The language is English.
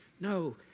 No